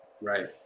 right